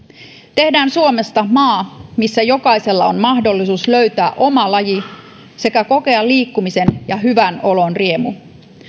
tehdään suomesta maa missä jokaisella on mahdollisuus löytää oma laji sekä kokea liikkumisen ja hyvän olon riemu